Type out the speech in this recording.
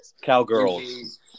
Cowgirls